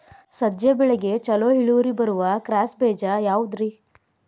ಸಜ್ಜೆ ಬೆಳೆಗೆ ಛಲೋ ಇಳುವರಿ ಬರುವ ಕ್ರಾಸ್ ಬೇಜ ಯಾವುದ್ರಿ?